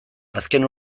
azken